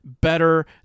better